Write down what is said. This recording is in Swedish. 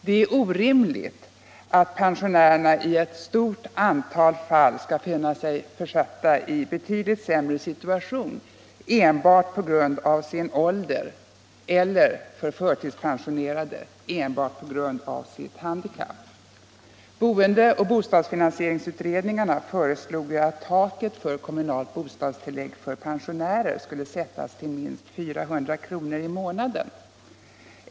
Det är orimligt att pensionärerna i ett stort antal fall skall finna sig försatta i en betydligt sämre situation enbart på grund av sin ålder eller — för förtidspensionerade — enbart på grund av sitt handikapp. Boendeoch bostadsfinansieringsutredningarna föreslog att taket för kommunalt bostadsbidrag för pensionärer skulle sättas vid minst 400 kr. i månaden.